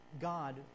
God